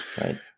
right